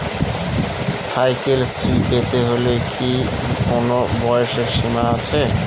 Cycle Shri পেতে হলে কি কোনো বয়সের সীমা আছে?